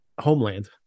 Homeland